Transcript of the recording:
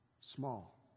small